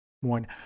One